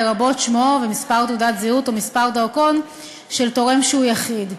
לרבות שמו ומספר תעודת זהות או מספר דרכון של תורם שהוא יחיד.